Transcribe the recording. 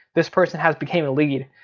this person has became a lead.